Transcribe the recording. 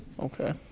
Okay